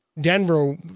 Denver